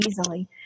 easily